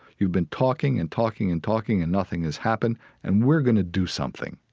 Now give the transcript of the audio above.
you've been talking and talking and talking and nothing has happened and we're going to do something.